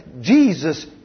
Jesus